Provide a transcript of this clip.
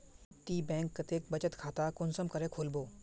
ती बैंक कतेक बचत खाता कुंसम करे खोलबो?